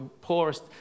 poorest